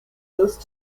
close